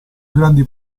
grandi